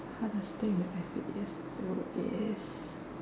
hardest thing that I said yes to is